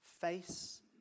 face